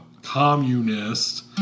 communist